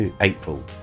April